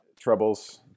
troubles